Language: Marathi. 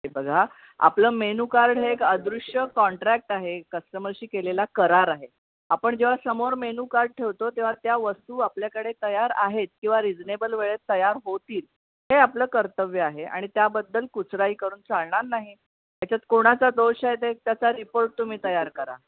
हे बघा आपलं मेनूकार्ड हे एक अदृश्य कॉन्ट्रॅक्ट आहे कस्टमरशी केलेला करार आहे आपण जेव्हा समोर मेनूकार्ड ठेवतो तेव्हा त्या वस्तू आपल्याकडे तयार आहेत किंवा रीजनेबल वेळेत तयार होतील हे आपलं कर्तव्य आहे आणि त्याबद्दल कुचराई करून चालणार नाही त्याच्यात कोणाचा दोष आहे ते त्याचा रिपोर्ट तुम्ही तयार करा